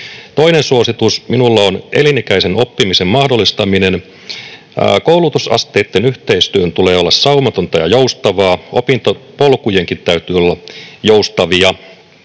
Toinen suositus minulla on elinikäisen oppimisen mahdollistaminen. Koulutusasteitten yhteistyön tulee olla saumatonta ja joustavaa. Opintopolkujenkin täytyy olla joustavia.